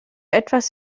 etwas